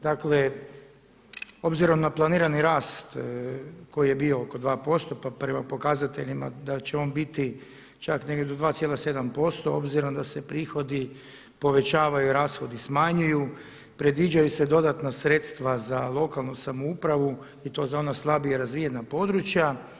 Dakle, obzirom na planirani rast koji je bio oko 2% pa prema pokazateljima da će on biti čak negdje do 2,7% obzirom da se prihodi povećavaju, rashodi smanjuju, predviđaju se dodatna sredstva za lokalnu samoupravu i to za ona slabije razvijena područja.